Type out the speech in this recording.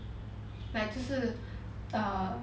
like 就是 err